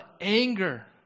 anger